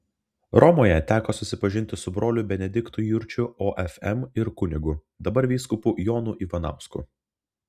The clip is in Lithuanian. romoje teko susipažinti su broliu benediktu jurčiu ofm ir kunigu dabar vyskupu jonu ivanausku